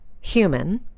human